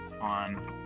On